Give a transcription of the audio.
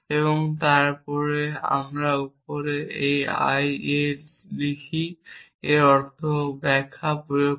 যখন আমি উপরে i A লিখি এর অর্থ ব্যাখ্যা প্রয়োগ করে